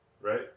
right